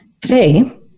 Today